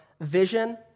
vision